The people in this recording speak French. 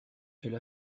elle